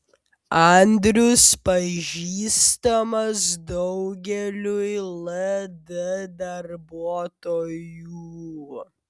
andrius pažįstamas daugeliui ld darbuotojų